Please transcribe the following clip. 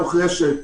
מוחלשת,